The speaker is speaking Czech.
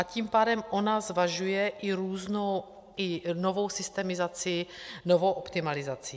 Tím pádem ona zvažuje i různou i novou systemizaci, novou optimalizaci.